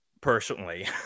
personally